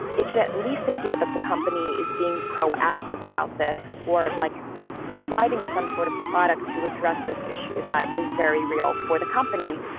it could at least appear that the company is being proactive about this or it like providing some sort of product to address this issue that is very real for the company.